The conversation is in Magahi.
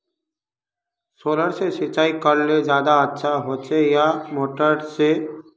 सोलर से सिंचाई करले ज्यादा अच्छा होचे या मोटर से?